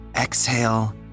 Exhale